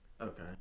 Okay